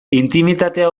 intimitatea